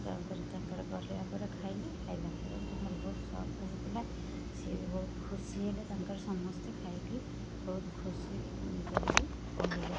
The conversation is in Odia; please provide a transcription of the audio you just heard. ତାପରେ ତାଙ୍କର କରିବା ପରେ ଖାଇଲି ଖାଇଲା ପରେ ସବୁ ସଫ୍ଟ ହୋଇଥିଲା ସିଏ ବି ବହୁତ ଖୁସି ହେଲେ ତାଙ୍କର ସମସ୍ତେ ଖାଇକି ବହୁତ ଖୁସି ଇଏ କରିକି କହିଲେ